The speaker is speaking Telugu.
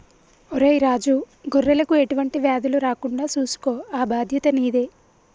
ఒరై రాజు గొర్రెలకు ఎటువంటి వ్యాధులు రాకుండా సూసుకో ఆ బాధ్యత నీదే